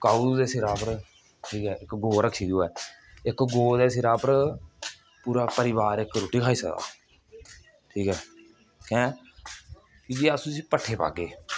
काऊ दे सिरै उप्पर ठीक ऐ इक गौ रक्खी दी होऐ इक गौ दे सिरै उप्पर पूरा परिवार इक रुट्टी खाई सकदा ठीक ऐ कैंह् कि जे अस उसी पट्ठे पागे